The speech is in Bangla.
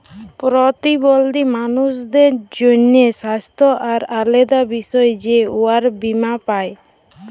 পরতিবল্ধী মালুসদের জ্যনহে স্বাস্থ্য আর আলেদা বিষয়ে যে উয়ারা বীমা পায়